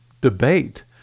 debate